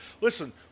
Listen